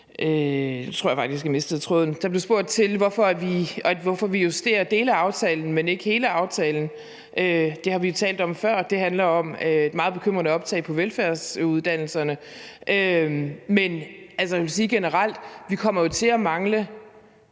der spurgt til, hvorfor vi justerer dele af aftalen, men ikke hele aftalen. Det har vi jo talt om før, og det handler om et meget bekymrende optag på velfærdsuddannelserne. Men jeg vil sige generelt, at vi jo kommer til at mangle